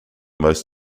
most